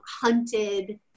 hunted